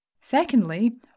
Secondly